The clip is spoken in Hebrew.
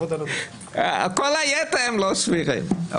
כל היתר הם לא סבירים.